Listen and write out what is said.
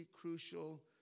crucial